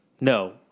no